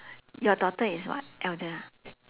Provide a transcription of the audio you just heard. your daughter is what elder ah